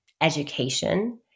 education